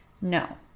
No